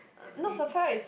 not surprised